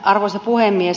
arvoisa puhemies